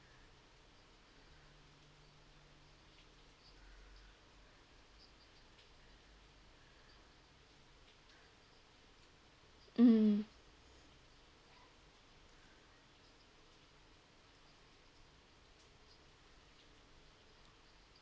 mm